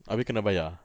habis kena bayar